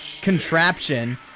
contraption